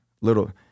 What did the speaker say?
little